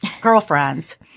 girlfriends